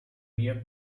via